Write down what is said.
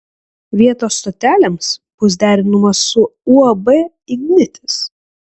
vietos stotelėms bus derinamos su uab ignitis